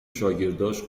شاگرداش